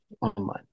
online